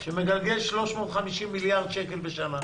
שמגלגל 350 מיליארד שקל בשנה.